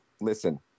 Listen